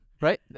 Right